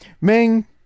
Ming